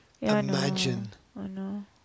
Imagine